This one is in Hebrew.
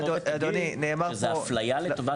--- זאת הפליה לטובת